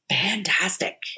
fantastic